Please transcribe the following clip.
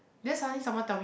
then suddenly someone tell me